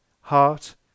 HEART